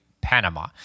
Panama